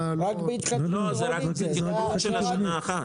לא, זה רק תכנון של שנה אחת.